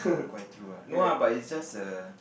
quite true ah no ah but it's just a